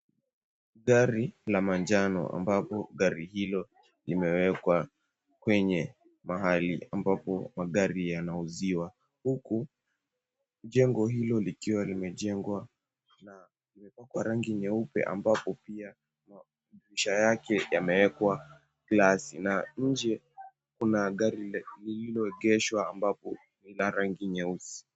Gari la manjano, ambapo gari hilo limewekwa kwenye mahali ambapo magari yanauziwa, huku jengo hilo likiwa limejengwa na limepakwa rangi nyeupe ambapo pia madirisha yake yamewekwa glasi. Na nje kuna gari lililoegeshwa ambapo ina rangi nyeusi.